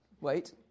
wait